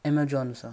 Amazon सऽ